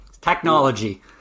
Technology